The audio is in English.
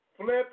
Flip